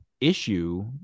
issue